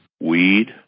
weed